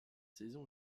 saison